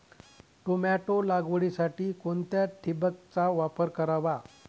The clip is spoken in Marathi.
टोमॅटो लागवडीसाठी कोणत्या ठिबकचा वापर करावा?